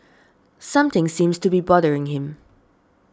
something seems to be bothering him